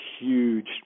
huge